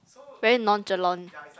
very nonchalant